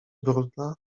brudna